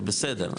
זה בסדר,